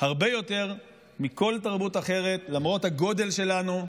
הרבה יותר מכל תרבות אחרת למרות הגודל שלנו,